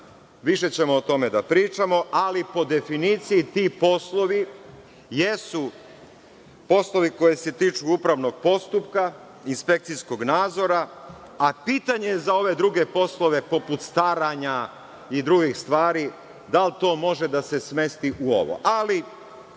više ćemo o tome da pričamo, ali po definiciji ti poslovi jesu poslovi koji se tiču upravnog postupka, inspekcijskog nadzora, a pitanje je za ove druge poslove, poput staranja i drugih stvari, da li to može da se smesti u ovo.